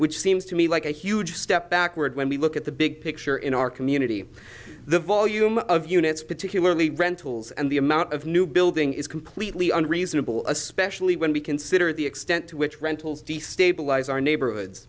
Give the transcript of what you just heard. which seems to me like a huge step backward when we look at the big picture in our community the volume of units particularly rentals and the amount of new building is completely unreasonable especially when we consider the extent to which rentals destabilize our neighborhoods